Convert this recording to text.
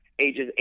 ages